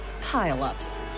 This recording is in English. pile-ups